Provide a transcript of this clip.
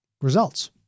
results